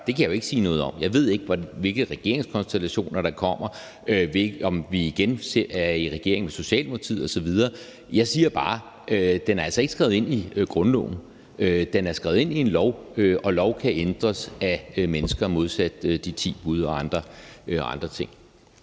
gøre, kan jeg jo ikke sige noget om. Jeg ved ikke, hvilke regeringskonstellationer der kommer. Jeg ved ikke, om vi igen kommer i regering med Socialdemokratiet osv. Jeg siger bare, at den altså ikke er skrevet ind i grundloven. Den er skrevet ind i en lov, og lov kan ændres af mennesker modsat De Ti Bud og andre ting.